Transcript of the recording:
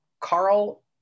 Carl